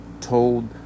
told